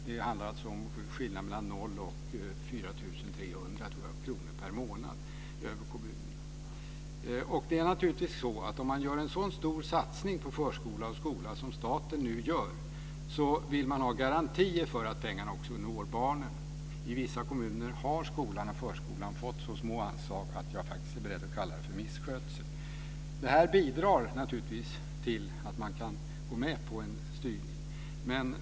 Det handlar om skillnader mellan 0 kr och 4 300 kr per månad. Om man nu gör en så stor satsning på förskola och skola som staten gör, vill man ha garantier för att pengarna når barnen. I vissa kommuner har skolan och förskolan fått så små anslag att jag är beredd att kalla det för misskötsel. Det bidrar till att man kan gå med på en styrning.